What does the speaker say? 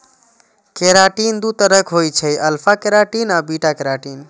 keratin दू तरहक होइ छै, अल्फा केराटिन आ बीटा केराटिन